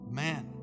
man